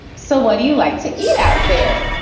so what do you like to eat out there?